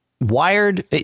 Wired